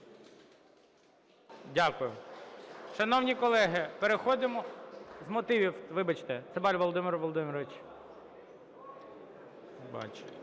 Дякую. Шановні колеги, переходимо… З мотивів, вибачте. Цабаль Володимир Володимирович. Зараз